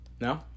No